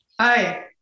Hi